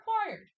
required